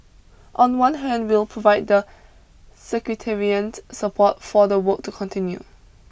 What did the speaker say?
on one hand we'll provide the secretariat support for the work to continue